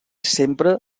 sempre